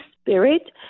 Spirit